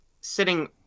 sitting